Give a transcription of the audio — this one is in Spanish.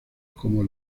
como